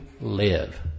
live